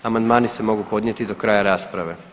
Amandmani se mogu podnijeti do kraja rasprave.